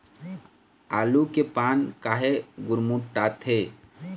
आलू के पान काहे गुरमुटाथे?